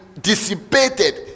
dissipated